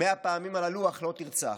100 פעמים על הלוח "לא תרצח".